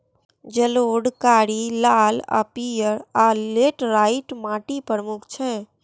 जलोढ़, कारी, लाल आ पीयर, आ लेटराइट माटि प्रमुख छै